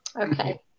Okay